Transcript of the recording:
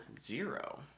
Zero